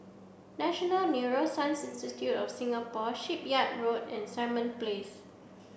national Neuroscience Institute of Singapore Shipyard Road and Simon Place